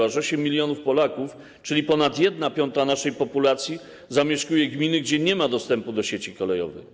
Aż 8 mln Polaków, czyli ponad 1/5 naszej populacji, zamieszkuje gminy, gdzie nie ma dostępu do sieci kolejowej.